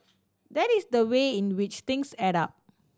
that is the way in which things add up